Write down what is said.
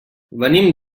venim